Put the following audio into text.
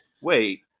Wait